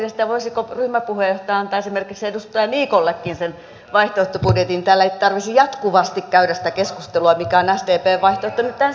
suosittelisin voisiko ryhmäpuheenjohtaja antaa esimerkiksi edustaja niikollekin sen vaihtoehtobudjetin niin että täällä ei tarvitsisi jatkuvasti käydä sitä keskustelua mikä on sdpn vaihtoehto